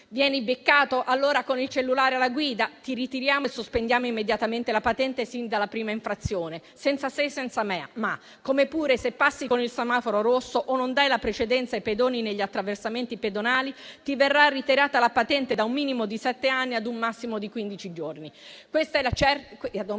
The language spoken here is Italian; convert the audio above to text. Vieni beccato con il cellulare alla guida? Ti ritiriamo e sospendiamo immediatamente la patente sin dalla prima infrazione, senza se e senza ma, come pure se passi con il semaforo rosso, o non dai la precedenza ai pedoni negli attraversamenti pedonali, ti verrà ritirata la patente da un massimo di sette anni ad un minimo di quindici giorni.